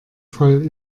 voll